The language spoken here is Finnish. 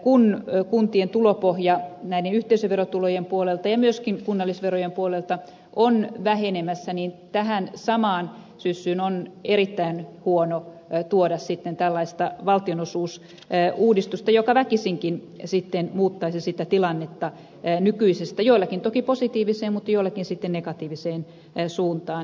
kun kuntien tulopohja näiden yhteisöverotulojen puolelta ja myöskin kunnallisverojen puolelta on vähenemässä niin tähän samaan syssyyn on erittäin huono tuoda sitten tällaista valtionosuusuudistusta joka väkisinkin sitten muuttaisi sitä tilannetta nykyisestä joillekin toki positiiviseen mutta joillekin sitten negatiiviseen suuntaan